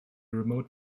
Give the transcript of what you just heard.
remote